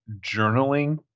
journaling